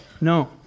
No